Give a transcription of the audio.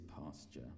pasture